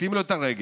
קוטעים לו את הרגל,